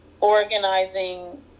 organizing